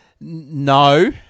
No